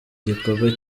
gikorwa